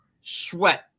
sweat